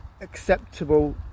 acceptable